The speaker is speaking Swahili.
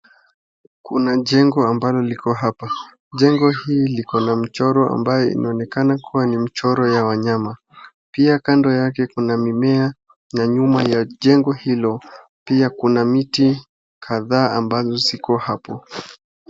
Kuna jengo ambalo liko hapa. Jengo hili liko na mchoro ambayo inaonekana kuwa ni mchoro ya wanyama. Pia kando yake kuna mimea na nyuma ya jengo hilo pia kuna miti kadhaa ambazo ziko hapo.